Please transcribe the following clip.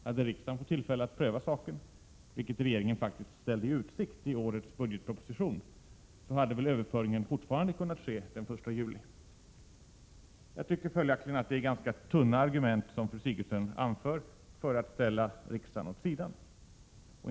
Hade riksdagen fått tillfälle att pröva saken — vilket regeringen faktiskt ställde i utsikt i årets budgetproposition — hade väl överföringen fortfarande kunnat ske den 1 juli. Jag tycker följaktligen att det är ganska tunna argument som fru Sigurdsen anför för att ställa riksdagen åt sidan.